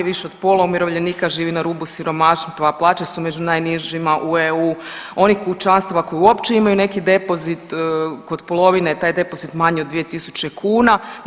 Više od pola umirovljenika živi na rubu siromaštva, plaće su među najnižima u EU, onih kućanstava koji uopće imaju neki depozit, kod polovine je taj depozit manji od 2.000 kuna.